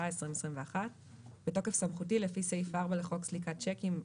התשפ"א-2021 בתוקף סמכותי לפי סעיף 4 לחוק סליקת שיקים,